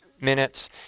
minutes